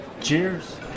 Cheers